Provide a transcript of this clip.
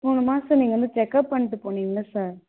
போன மாதம் நீங்கள் வந்து செக் அப் பண்ணிட்டு போனீங்கள்லே சார்